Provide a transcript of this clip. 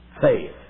Faith